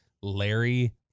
Larry